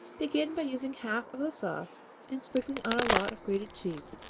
begin by using half of the sauce and sprinkling on a lot of grated cheese.